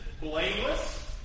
blameless